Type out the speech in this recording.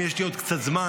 אם יש לי עוד קצת זמן,